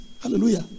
Hallelujah